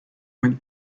when